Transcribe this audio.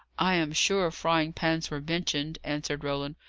i am sure frying-pans were mentioned, answered roland.